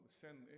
send